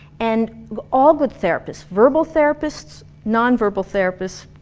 and all good therapists, verbal therapists non verbal therapists,